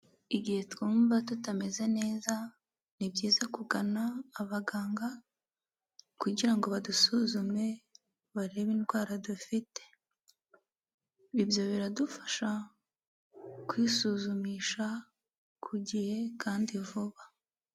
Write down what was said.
Igihe twumva tutameze neza ni byiza kugana abaganga, kugira ngo badusuzume barebe indwara dufite. Ibyo biradufasha kwisuzumisha ku gihe kandi vuba.